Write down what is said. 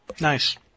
Nice